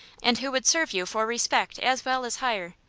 and who would serve you for respect as well as hire.